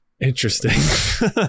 interesting